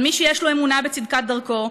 אבל מי שיש לו אמונה בצדקת דרכו,